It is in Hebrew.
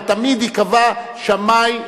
אבל תמיד ייקבע שמאי,